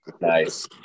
Nice